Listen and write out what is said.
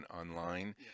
online